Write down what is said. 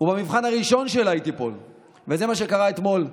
ובמבחן הראשון שלה היא תיפול, וזה מה שקרה אתמול.